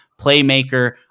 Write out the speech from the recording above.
playmaker